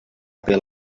apple